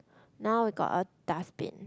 now we got a dustbin